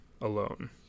alone